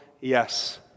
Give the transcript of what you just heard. Yes